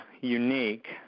unique